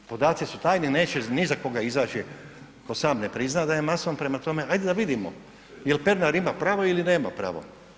Podaci su tajni neće ni za koga izaći tko sam ne prizna da je mason, prema tome ajmo da vidimo jel Pernar ima pravo ili nema pravo.